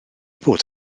bod